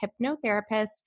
hypnotherapist